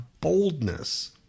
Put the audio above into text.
boldness